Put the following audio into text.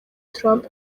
trump